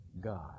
God